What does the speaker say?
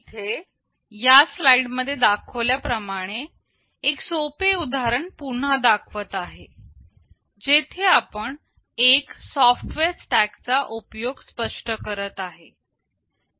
इथे मी एक सोपे उदाहरण पुन्हा दाखवत आहे जिथे आपण एक सॉफ्टवेअर स्टॅक चा उपयोग स्पष्ट करत आहे